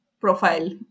profile